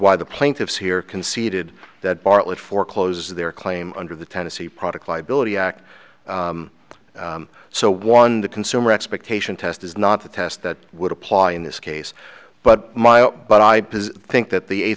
why the plaintiffs here conceded that bartlett forecloses their claim under the tennessee product liability act so one the consumer expectation test is not the test that would apply in this case but my aunt but i think that the eight